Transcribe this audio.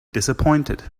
disappointed